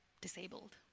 disabled